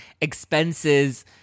expenses